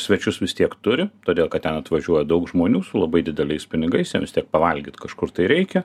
svečius vis tiek turi todėl kad ten atvažiuoja daug žmonių su labai dideliais pinigais jiem vis tiek pavalgyt kažkur tai reikia